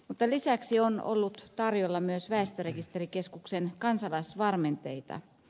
mutta lisäksi on ollut tarjolla myös väestörekisterikeskuksen kansalaisvarmenteita